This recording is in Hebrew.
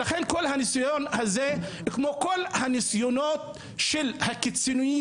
ולכן כל הניסיון הזה כמו כל הניסיונות של הקיצוניים